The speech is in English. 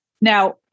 Now